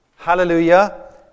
Hallelujah